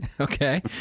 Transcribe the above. Okay